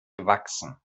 gewachsen